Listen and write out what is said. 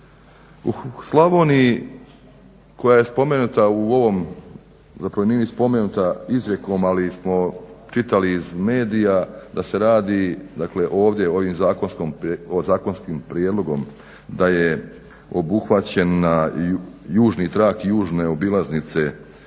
U Slavoniji je koja je spomenuta u ovom, zapravo nije ni spomenuta izrijekom ali smo čitali iz medija da se radi dakle ovdje u ovom zakonskom prijedlogom da je obuhvaćena južni trak južne obilaznice kod